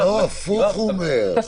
הפוך הוא אומר.